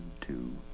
two